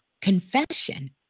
confession